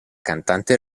cantante